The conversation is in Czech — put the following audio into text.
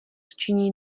činí